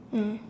mm